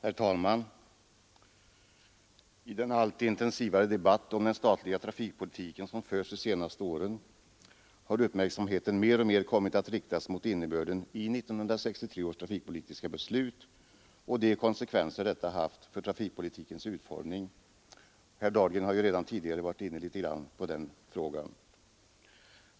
Herr talman! I den allt intensivare debatt om den statliga trafikpolitiken som förts de senaste åren har uppmärksamheten mer och mer kommit att riktas mot innebörden i 1963 års trafikpolitiska beslut och de konsekvenser detta haft för trafikpolitikens utformning. Herr Dahlgren har tidigare varit inne litet grand på den frågan.